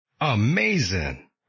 Amazing